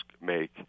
make